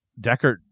deckard